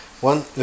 One